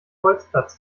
bolzplatz